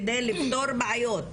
כדי לפתור בעיות,